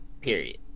period